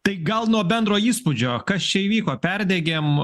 tai gal nuo bendro įspūdžio kas čia įvyko perdegėm